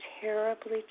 terribly